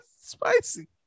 spicy